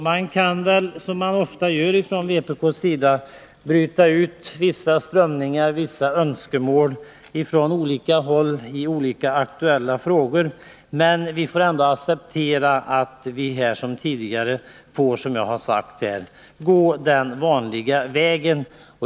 Man kan väl — såsom det ofta görs från vpk:s sida — bryta ut vissa strömningar och önskemål från olika håll och i olika aktuella frågor, men vi måste ändå acceptera att vi liksom tidigare och som jag har sagt måste gå den vanliga vägen.